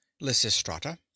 Lysistrata